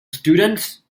students